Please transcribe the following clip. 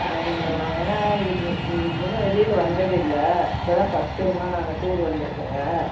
சரிங் மேடம் நான் வேணா இதுக்கு இதுக்கு முன்னே வெளியில வந்ததில்லை இப்போ தான் பர்ஸ்ட் டைமாக நாங்கள் டூர் வந்துருக்கங்க